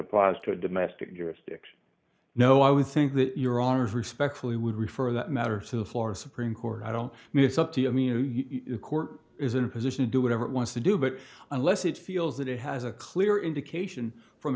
applies to domestic jurisdiction no i would think that your honour's respectfully would refer that matter to the florida supreme court i don't mean it's up to you i mean the court is in a position to do whatever it wants to do but unless it feels that it has a clear indication from